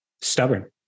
stubborn